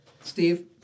Steve